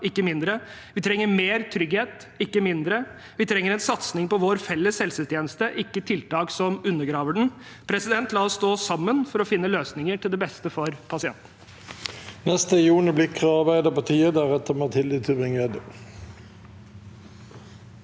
ikke mindre. Vi trenger mer trygghet, ikke mindre. Vi trenger en satsing på vår felles helsetjeneste, ikke tiltak som undergraver den. La oss stå sammen for å finne løsninger til det beste for pasienten.